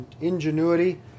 ingenuity